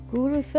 Guru